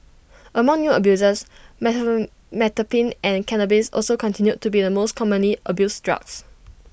among new abusers and cannabis also continued to be the most commonly abused drugs